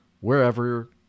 wherever